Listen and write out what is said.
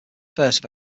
first